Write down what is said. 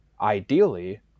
ideally